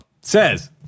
says